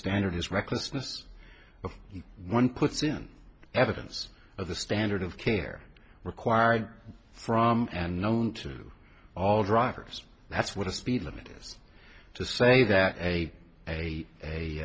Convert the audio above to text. standard his recklessness and one puts in evidence of the standard of care required from and known to all drivers that's what a speed limit is to say that a a